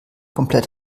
komplett